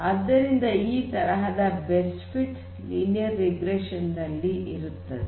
ಆದ್ದರಿಂದ ಈ ತರಹದ ಬೆಸ್ಟ್ ಫಿಟ್ ಲೀನಿಯರ್ ರಿಗ್ರೆಷನ್ ನಲ್ಲಿ ಇರುತ್ತದೆ